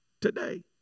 today